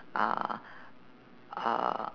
uh uh